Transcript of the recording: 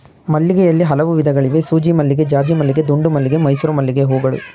ಮಲ್ಲಿಗೆಯಲ್ಲಿ ಹಲವು ವಿಧಗಳಿವೆ ಸೂಜಿಮಲ್ಲಿಗೆ ಜಾಜಿಮಲ್ಲಿಗೆ ದುಂಡುಮಲ್ಲಿಗೆ ಮೈಸೂರು ಮಲ್ಲಿಗೆಹೂಗಳು